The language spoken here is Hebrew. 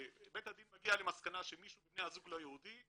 בית הדין מגיע למסקנה שמישהו מבני הזוג לא יהודי,